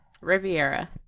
Riviera